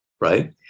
right